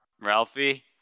Ralphie